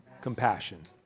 Compassion